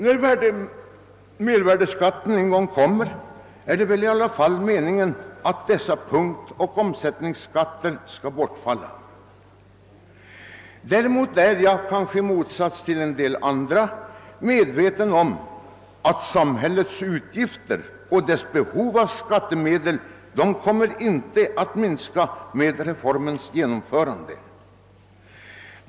När mervärdeskatten en gång införes är det meningen att punktoch omsättningsskatterna skall bortfalla, men i motsats till en del andra anser jag att samhällets utgifter och behov av skattemedel inte kommer att minska med reformens genomförande.